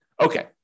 Okay